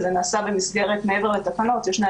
וזה נעשה במסגרת נהלי עבודה,